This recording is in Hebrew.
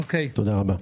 תודה רבה.